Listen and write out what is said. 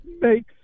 makes